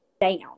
down